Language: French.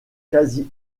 quasi